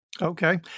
Okay